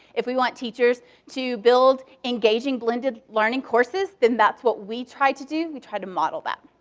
if we want teachers to build engaging blended learning courses, then that's what we try to do. we try to model that.